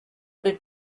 did